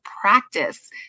practice